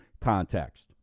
context